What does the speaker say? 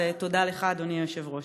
אז תודה לך, אדוני היושב-ראש.